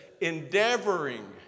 Endeavoring